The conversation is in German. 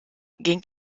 ging